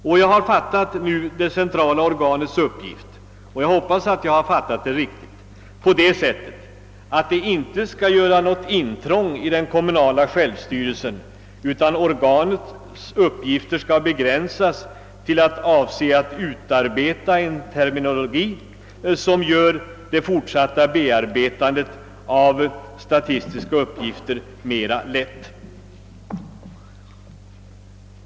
Jag har nu fattat det centrala organets uppgift, och jag hoppas att jag har fattat den rätt, på det sättet att det inte skall göra något intrång i den kommunala självstyrelsen, utan organets uppgifter skall begränsas till att utarbeta en terminologi, som gör det fortsatta bearbetandet av statistiska uppgifter lättare.